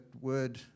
word